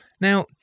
Now